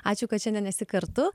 ačiū kad šiandien esi kartu